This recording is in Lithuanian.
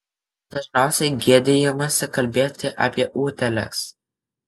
dažniausiai gėdijamasi kalbėti apie utėles